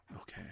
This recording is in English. Okay